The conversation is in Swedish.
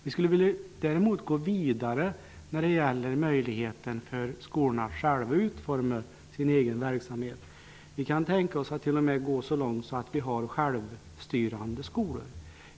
Vi skulle däremot vilja gå vidare när det gäller skolornas möjligheter att själva utforma sin egen verksamhet. Vi kan t.o.m. tänka oss att gå så långt som till självstyrande skolor.